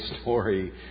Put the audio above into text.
story